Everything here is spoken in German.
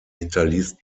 hinterließ